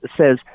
says